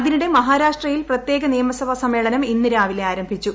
അതിനിടെ മഹാരാഷ്ട്രയിൽ പ്രത്യേക നിയമസഭാ സമ്മേളനം ഇന്ന് രാവിലെ ആരംഭിച്ചു